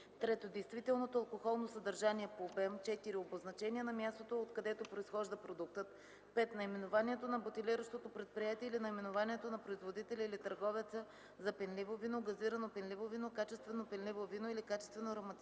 3. действителното алкохолно съдържание по обем; 4. обозначение на мястото, откъдето произхожда продуктът; 5. наименованието на бутилиращото предприятие или наименованието на производителя или търговеца – за пенливо вино, газирано пенливо вино, качествено пенливо вино или качествено ароматизирано